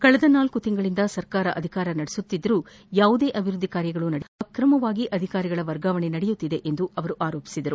ಕಳೆದ ನಾಲ್ಲು ತಿಂಗಳಿನಿಂದ ಸರ್ಕಾರ ಅಧಿಕಾರ ನಡೆಸುತ್ತಿದ್ದರೂ ಯಾವುದೇ ಅಭಿವೃದ್ದಿ ಕಾರ್ಯಗಳು ನಡೆಯುತ್ತಿಲ್ಲ ಆಕ್ರಮವಾಗಿ ಅಧಿಕಾರಿಗಳ ವರ್ಗಾವಣೆ ನಡೆಯುತ್ತಿದೆ ಎಂದು ಆರೋಪಿಸಿದರು